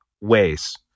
ways